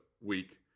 week